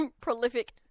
prolific